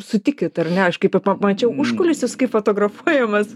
sutikit ar ne aš kai pamačiau užkulisius kai fotografuojamas